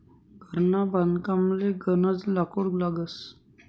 घरना बांधकामले गनज लाकूड लागस